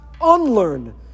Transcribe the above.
unlearn